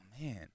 Man